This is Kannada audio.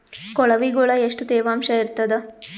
ಕೊಳವಿಗೊಳ ಎಷ್ಟು ತೇವಾಂಶ ಇರ್ತಾದ?